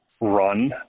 run